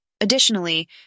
Additionally